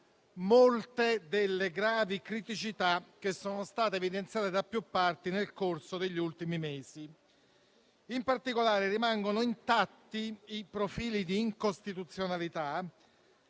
molte delle gravi criticità che sono state evidenziate da più parti nel corso degli ultimi mesi. In particolare, rimangono intatti i profili di incostituzionalità